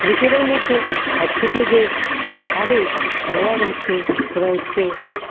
ক্রিকেটের মধ্যে সবথেকে যে ভালো খেলোয়ার হচ্ছে সেটা হচ্ছে